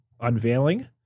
unveiling